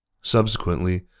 Subsequently